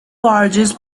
barges